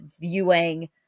viewing